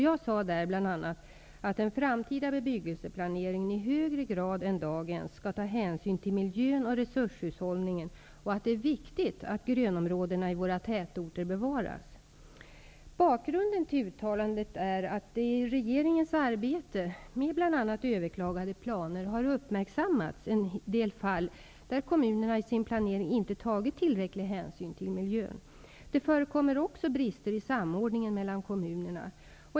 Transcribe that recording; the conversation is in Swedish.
Jag sade där bl.a. att den framtida bebyggelseplaneringen i högre grad än dagens skall ta hänsyn till miljön och resurshushållningen och att det är viktigt att grönområdena i våra tätorter bevaras. Bakgrunden till uttalandet är att det i regeringens arbete med bl.a. överklagade planer har uppmärksammats en del fall där kommunerna i sin planering inte tagit tillräcklig hänsyn till miljön. Det förekommer också brister i samordningen mellan kommunerna.